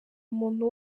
muntu